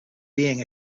being